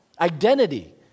identity